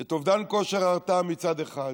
ואת אובדן כושר ההרתעה מצד אחד,